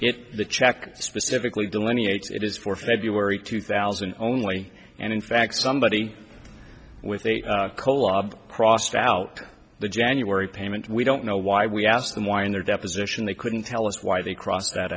it the check specifically delineates it is for february two thousand only and in fact somebody with a collabo crossed out the january payment we don't know why we asked them why in their deposition they couldn't tell us why they crossed that